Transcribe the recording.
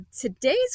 today's